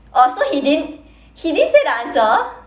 oh so he didn't he didn't say the answer